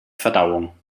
verdauung